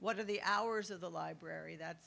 what are the hours of the library that